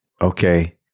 okay